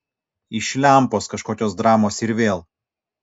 iš lempos kažkokios dramos ir vėl